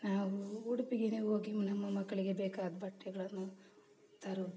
ನಾವು ಉಡುಪಿಗೇ ಹೋಗಿ ನಮ್ಮ ಮಕ್ಕಳಿಗೆ ಬೇಕಾದ ಬಟ್ಟೆಗಳನ್ನು ತರೋದು